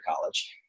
college